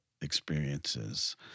experiences